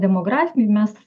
demografinį mes